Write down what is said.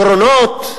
עקרונות,